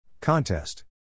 Contest